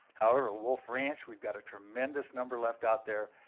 however, ah wolf ranch, we've got a tremendous number left out there.